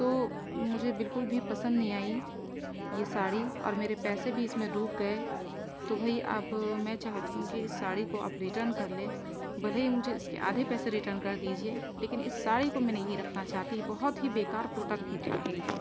تو مجھے بالکل بھی پسند نہیں آئی یہ ساڑی اور میرے پیسے بھی اس میں ڈوب گئے تو بھئی اب میں چاہتی ہوں کہ اس ساڑی کو آپ ریٹرن کر لیں بھلے ہی مجھے اس کے آدھے پیسے ریٹرن کر دیجیے لیکن اس ساڑی کو میں نہیں رکھنا چاہتی بہت ہی بے کار پروڈکٹ نکلا ہے یہ